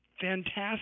fantastic